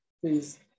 please